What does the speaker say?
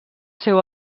seu